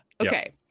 okay